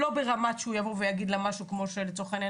זה אולי לא ברמה שמישהו יגיד לה כמו שהיה בזמננו,